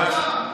לא שלך,